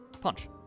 punch